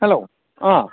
hello